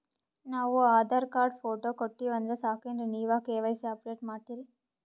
ನಾವು Aadhaar card, photo ಕೊಟ್ಟೀವಂದ್ರ ಸಾಕೇನ್ರಿ ನೀವ ಕೆ.ವೈ.ಸಿ ಅಪಡೇಟ ಮಾಡ್ತೀರಿ?